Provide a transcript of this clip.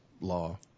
law